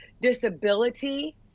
disability